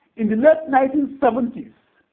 in the late nineteen seventy s,